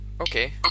okay